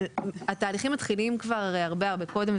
התהליכים מתחילים כבר הרי הרבה הרבה קודם.